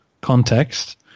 context